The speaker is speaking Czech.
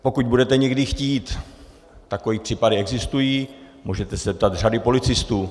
Pokud budete někdy chtít, takové případy existují, můžete se zeptat řady policistů.